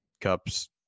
Cups